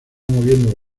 moviendo